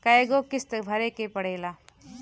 कय गो किस्त भरे के पड़ेला?